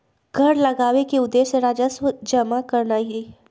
कर लगाबेके उद्देश्य राजस्व जमा करनाइ हइ